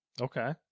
Okay